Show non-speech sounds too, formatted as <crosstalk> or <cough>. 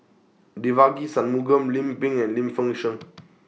Devagi Sanmugam Lim Pin and Lim Fei Shen <noise>